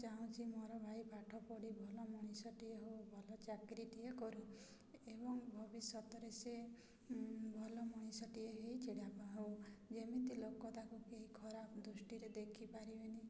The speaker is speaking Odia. ଚାହୁଁଛି ମୋର ଭାଇ ପାଠ ପଢ଼ି ଭଲ ମଣିଷଟିଏ ହଉ ଭଲ ଚାକିରୀ ଟିଏ କରୁ ଏବଂ ଭବିଷ୍ୟତରେ ସେ ଭଲ ମଣିଷଟିଏ ହେଇ ଛିଡ଼ା ହଉ ଯେମିତି ଲୋକ ତାକୁ କେହି ଖରାପ ଦୃଷ୍ଟିରେ ଦେଖିପାରିବେନି